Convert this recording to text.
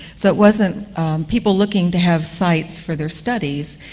so it wasn't people looking to have sites for their studies.